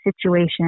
situation